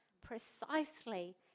precisely